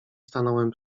stanąłem